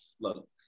look